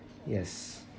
yes